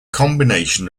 combination